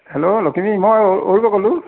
hello Lakhimi মই অৰূপে ক'লোঁ